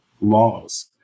laws